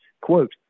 quote